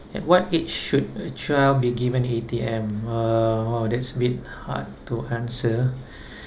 at what age should a child be given A_T_M uh !wow! that's a bit hard to answer